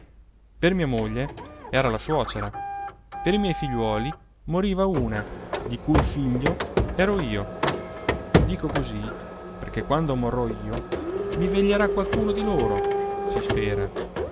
per mia moglie era la suocera per i miei figliuoli moriva una di cui il figlio ero io dico così perché quando morrò io mi veglierà qualcuno di loro si spera